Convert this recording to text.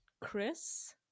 Chris